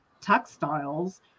textiles